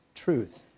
truth